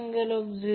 81 angle 38